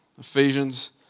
Ephesians